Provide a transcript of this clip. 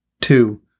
Two